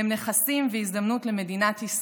הם נכסים והזדמנות למדינת ישראל.